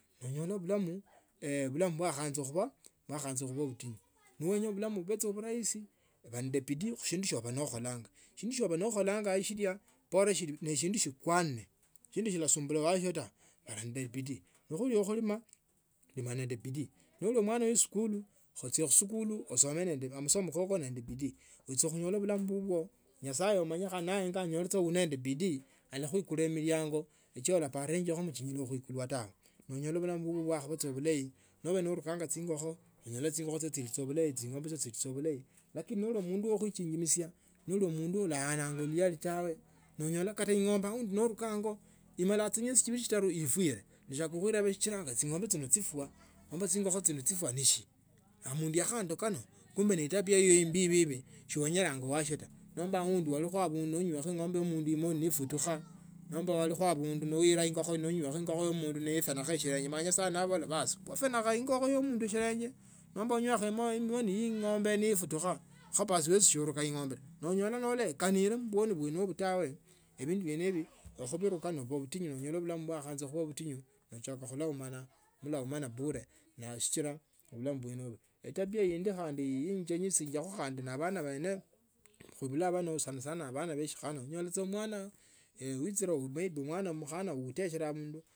Onyola bulamu bwakhuanza khuba butinyu nowenya bulamu bubee sa bulayi baa nende bindu khusindu oba nokholonga shindu oba nokholange shilia neshindu shikwame shindu shilosumbula wasio taa baa nende bidii nikhali ne khulima lima nende bidii noli mwana wa eskuli ochia khusikuli osome nende amasomo kokonende bidii wicho kunyila bulamu bubwo nyasaye umanye khandi noenya uli nendo bidii alakhuikulia milango cho ulaperenge chonyala khuikula tawe na onyola bulamu bubwo bwakhaba bulayi noli nonukanga chingokho onyola saa chingokho chichyo chili saa bulayi lakini noba mundu wa kuichimilisya noli mundu walaana luyali tawe nonyola kate ingombe aundi noruka ango imala chimiesi chitanu chinne ifuile achaka khureba sichila chingombe chino chifwa nomba chingokho chino chifwa ni shina ne mundu yakhandoka kumbe ne etabia iyo ibibi siwenya wasio ta nomba aundi walikho abundu nonyola engombe ya omundu imoni nefutukha nomba walikho abundu noira ingokho ya mundu shilenge nomba wainye kwa imononi ingombe nefutukha kho basi wesi si uruka ingombe taa nonyola nawaikanire mubwoni mumwo tawe ebindu bene ibi khubiruka ne khuba butinyu nonyola bulamu bwakhaanza bure sichila bulamu bwene ubo etabia indi khandi isichinzianga khandi ne bana bene khulila bano sanasana bana ba shikhana onyole mwana wichire umaide omwane mukhana uteshele abundu.